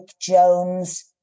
Jones